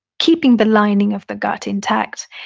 keeping the lining of the gut intact.